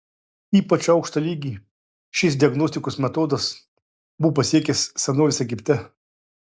ypač aukštą lygį šis diagnostikos metodas buvo pasiekęs senovės egipte